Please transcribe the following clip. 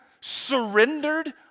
surrendered